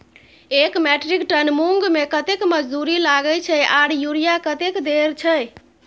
एक metric ton मूंग में कतेक मजदूरी लागे छै आर यूरिया कतेक देर छै?